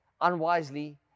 unwisely